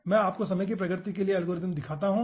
मैं आपको समय की प्रगति के लिए एल्गोरिदम दिखाता हूं